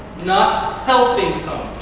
not helping someone.